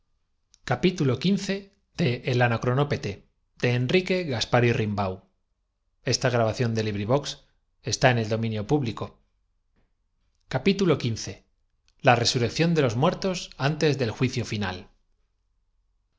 hermosas pupilas la resurrección de los muertos negras y fijándolas en don sindulfo y en benjamín antes del juicio final